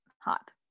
hot